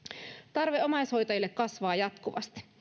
tarve omaishoitajille kasvaa jatkuvasti